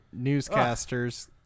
newscasters